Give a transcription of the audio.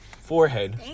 forehead